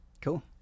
Cool